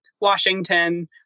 Washington